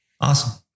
Awesome